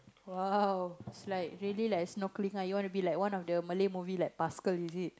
!wow! it's like really like snorkeling ah you wanna be like one of the Malay movie like Pascal is it